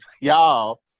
y'all